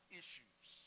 issues